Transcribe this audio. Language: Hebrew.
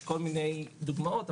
יש כל מיני דוגמאות,